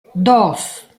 dos